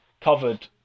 covered